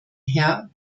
herr